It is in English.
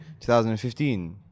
2015